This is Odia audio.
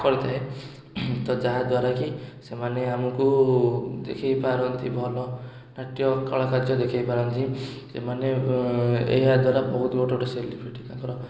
କରିଥାଏ ତ ଯାହାଦ୍ୱାରା କି ସେମାନେ ଆମକୁ ଦେଖେଇପାରନ୍ତି ଭଲ ନାଟ୍ୟ କଳାକାର୍ଯ୍ୟ ଦେଖେଇପାରନ୍ତି ସେମାନେ ଏହାଦ୍ୱାରା ବହୁତ ଗୋଟେ ଗୋଟେ ସେଲିବ୍ରିଟି ତାଙ୍କର